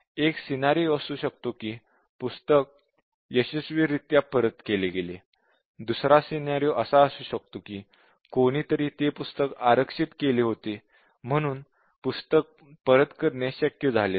एक सिनॅरिओ असू शकतो की पुस्तक यशस्वीरित्या परत केले गेले दुसरा सिनॅरिओ असा असू शकतो कि कोणीतरी ते पुस्तक आरक्षित केले होते म्हणून पुस्तक परत करणे शक्य झाले नाही